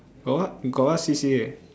got what got what C_C_A